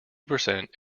percent